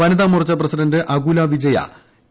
വനിതാമോർച്ച president Akula Vijaya T